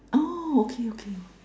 orh okay okay